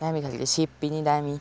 दामी खाले सेप पनि दामी